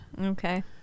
Okay